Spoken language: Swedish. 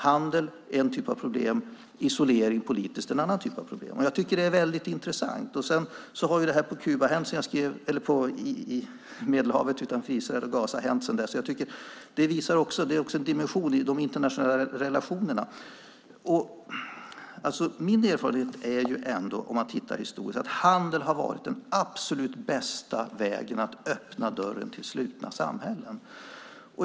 Handel är en typ av problem. Isolering politiskt är en annan typ av problem. Det är intressant. Sedan har händelserna i Medelhavet utanför Israel och Gaza skett sedan dess. Det är också en dimension i de internationella relationerna. Min erfarenhet är, om jag tittar historiskt, att handel har varit den absolut bästa vägen att öppna dörren till slutna samhällen.